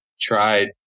tried